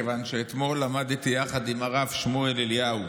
כיוון שאתמול עמדתי יחד עם הרב שמואל אליהו